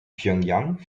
pjöngjang